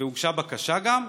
והוגשה בקשה גם,